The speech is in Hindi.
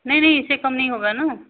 नहीं नहीं इससे कम नहीं होगा न